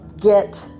get